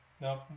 no